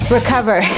Recover